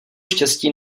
štěstí